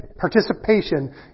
Participation